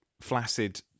flaccid